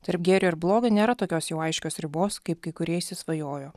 tarp gėrio ir blogio nėra tokios jau aiškios ribos kaip kai kurie įsisvajojo